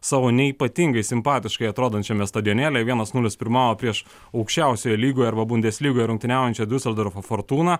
savo neypatingai simpatiškai atrodančiame stadionėly vienas nulis pirmavo prieš aukščiausioje lygoje arba bundesligoj rungtyniaujančią diuseldorfo fortūną